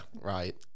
right